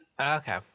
Okay